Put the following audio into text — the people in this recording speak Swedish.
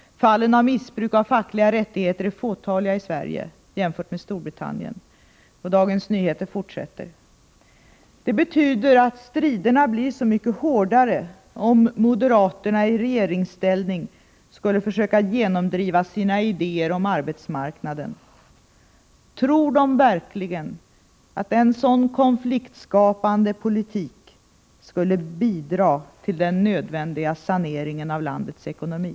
Fallen av missbruk av fackliga rättigheter är fåtaliga i Sverige, jämfört med Storbritannien.” ”Det betyder att striderna blir så mycket hårdare om moderaterna i regeringsställning skulle försöka genomdriva sina idéer om arbetsmarknaden. Tror de verkligen att en så konfliktskapande politik skulle bidra till den nödvändiga saneringen av landets ekonomi?